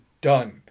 done